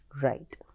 Right